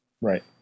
right